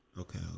Okay